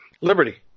Liberty